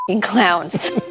clowns